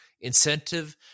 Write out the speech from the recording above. incentive